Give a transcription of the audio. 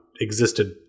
existed